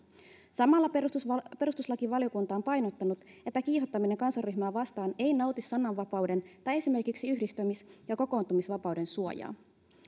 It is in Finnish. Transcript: samalla perustuslakivaliokunta on painottanut että kiihottaminen kansanryhmää vastaan ei nauti sananvapauden tai esimerkiksi yhdistymis ja kokoontumisvapauden suojaa